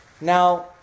Now